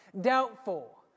Doubtful